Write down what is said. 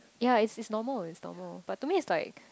ya it's normal it's normal but to me it's like